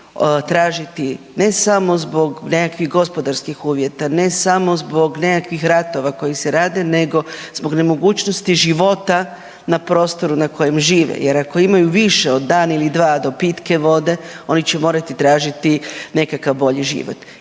tražiti ne samo zbog nekakvih gospodarskih uvjeta, ne samo zbog nekakvih ratova koji se rade nego zbog nemogućnosti života na prostoru na kojem žive jer ako imaju više od dan ili dva do pitke vode oni će morati tražiti nekakav bolji život.